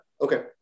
okay